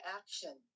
action